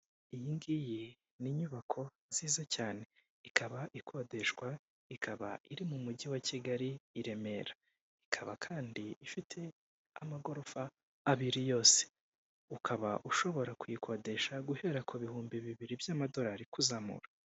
Iyingiyi ni inyubako nziza cyane, ikaba ikodeshwa, ikaba iri mumujyi wa Kigali i Remera. Ikaba kandi ifite amagorofa abiri yose ukaba ushobora kuyikodesha guhera kubihumbi bibiri by'amadorali kuzamura.